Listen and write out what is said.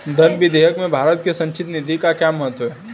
धन विधेयक में भारत की संचित निधि का क्या महत्व है?